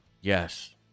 Yes